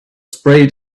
sprayed